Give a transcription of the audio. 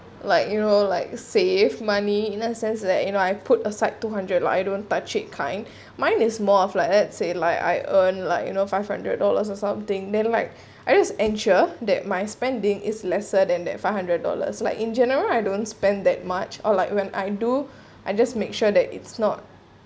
like you know like save money in the sense that you know I put aside two hundred lah I don't touch it kind mine is more of like let's say like I earn like you know five hundred dollars or something then like I just ensure that my spending is lesser than that five hundred dollars like in general I don't spend that much or like when I do I just make sure that it's not